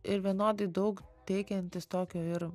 ir vienodai daug teikiantis tokio ir